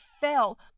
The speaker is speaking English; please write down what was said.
fell